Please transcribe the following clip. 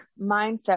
mindset